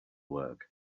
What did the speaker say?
work